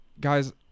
guys